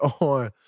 on